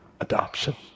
adoption